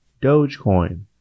Dogecoin